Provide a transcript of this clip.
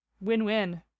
win-win